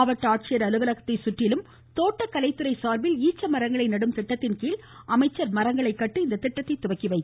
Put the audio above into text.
மாவட்ட ஆட்சியர் அலுவலகத்தை சுற்றிலும் தோட்டக்கலைத்துறை சார்பில் ஈச்ச மரங்களை நடும் திட்டத்தின்கீழ் அமைச்சர் மரங்களை நட்டு இதனை துவக்கி வைத்தார்